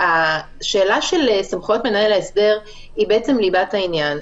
השאלה של סמכויות מנהל ההסדר היא ליבת העניין.